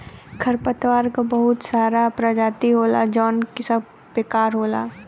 खरपतवार क बहुत सारा परजाती होला जौन सब बेकार होला